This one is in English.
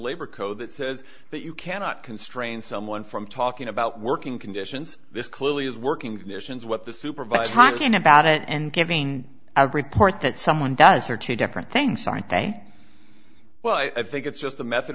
labor code that says that you cannot constrain someone from talking about working conditions this clearly is working visions what the superbugs talking about it and giving a report that someone does are two different things aren't they well i think it's just the method